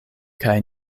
kaj